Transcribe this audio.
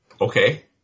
Okay